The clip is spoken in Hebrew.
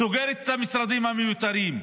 סוגרת את המשרדים המיותרים,